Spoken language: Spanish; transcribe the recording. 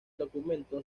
documento